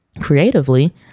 creatively